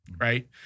right